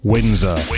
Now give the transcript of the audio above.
Windsor